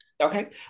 Okay